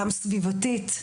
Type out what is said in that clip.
גם סביבתית,